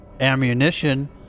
ammunition